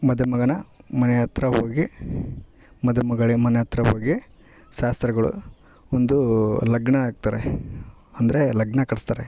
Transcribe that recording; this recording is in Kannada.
ಮದುಮಗನ ಮನೆ ಹತ್ತಿರ ಹೋಗಿ ಮದುಮಗಳ ಮನೆ ಹತ್ತಿರ ಹೋಗಿ ಶಾಸ್ತ್ರಗಳು ಒಂದೂ ಲಗ್ನ ಆಗ್ತಾರೆ ಅಂದರೆ ಲಗ್ನ ಕಟ್ಟಿಸ್ತಾರೆ